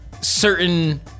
certain